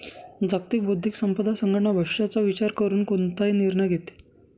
जागतिक बौद्धिक संपदा संघटना भविष्याचा विचार करून कोणताही निर्णय घेते